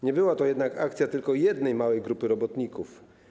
Nie była to jednak akcja tylko jednej małej grupy robotników.